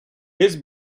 his